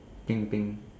pink pink